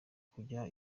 kujya